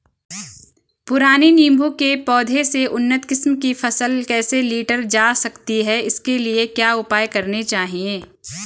पुराने नीबूं के पौधें से उन्नत किस्म की फसल कैसे लीटर जा सकती है इसके लिए क्या उपाय करने चाहिए?